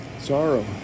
sorrow